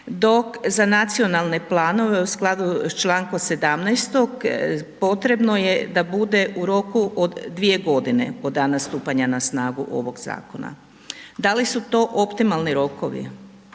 dok za nacionalne planove u skladu sa čl. 17. potrebno je da bude u roku od 2 godine od dana stupanja na snagu ovog zakona. Da li su to optimalni rokovi?